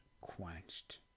quenched